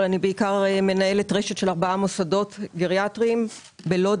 אבל אני בעיקר מנהלת רשת של ארבעה מוסדות גריאטריים: בלוד,